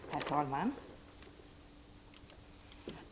Herr talman!